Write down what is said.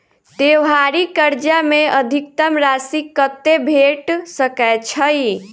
त्योहारी कर्जा मे अधिकतम राशि कत्ते भेट सकय छई?